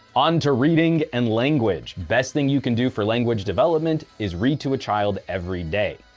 on to reading and language! best thing you can do for language development is read to a child every day.